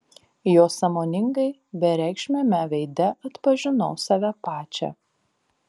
jo sąmoningai bereikšmiame veide atpažinau save pačią